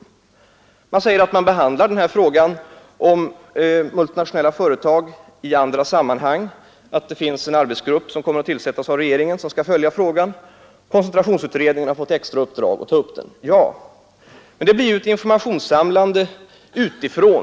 Utskottet säger att frågan om multinationella företag behandlas i andra sammanhang, att det finns en arbetsgrupp som tillsatts av regeringen och som skall följa frågan samt att koncentrationsutredningen har fått i extra uppdrag att ta upp den. Ja, men det blir ju ett informationssamlande utifrån.